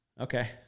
Okay